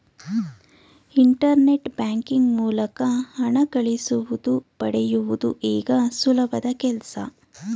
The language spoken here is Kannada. ಇಂಟರ್ನೆಟ್ ಬ್ಯಾಂಕಿಂಗ್ ಮೂಲಕ ಹಣ ಕಳಿಸುವುದು ಪಡೆಯುವುದು ಈಗ ಸುಲಭದ ಕೆಲ್ಸ